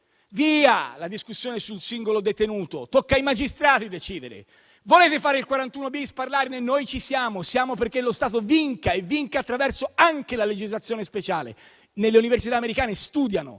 via la discussione sul singolo detenuto; tocca ai magistrati decidere. Volete intervenire sul 41-*bis* e parlarne? Noi ci siamo; siamo perché lo Stato vinca e lo faccia attraverso anche la legislazione speciale. Nelle università americane studiano